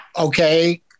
okay